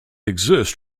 exist